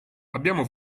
abbiamo